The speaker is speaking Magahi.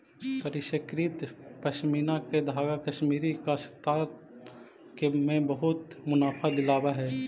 परिष्कृत पशमीना के धागा कश्मीरी काश्तकार के बहुत मुनाफा दिलावऽ हई